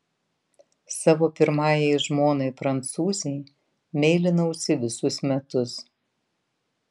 savo pirmajai žmonai prancūzei meilinausi visus metus